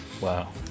Wow